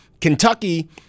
Kentucky